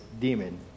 demon